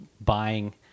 buying